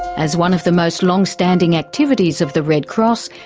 as one of the most long-standing activities of the red cross,